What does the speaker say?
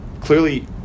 clearly